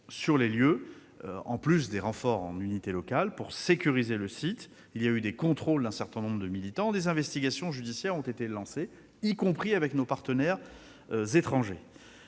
sur les lieux, en plus des renforts en unités locales, pour sécuriser le site. Le contrôle d'un certain nombre de militants a été opéré et des investigations judiciaires ont été lancées, y compris avec nos partenaires étrangers.